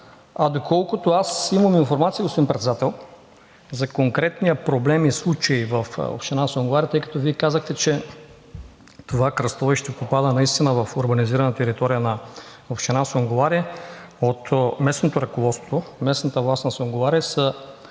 Доколкото имам информация, господин Председател, за конкретния проблем и случай в община Сунгурларе – тъй като Вие казахте, че това кръстовище попада наистина в урбанизирана територия на община Сунгурларе – от местното ръководство, от местната власт на Сунгурларе са